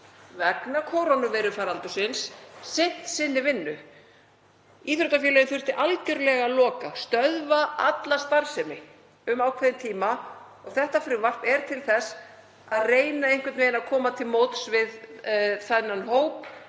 vegna kórónuveirufaraldursins sinnt sinni vinnu. Íþróttafélögin þurftu algerlega að loka, stöðva alla starfsemi um ákveðinn tíma og þetta frumvarp er til þess að reyna að koma til móts við þann hóp